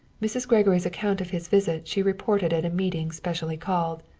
mrs. gregory's account of his visit she reported at a meeting specially called.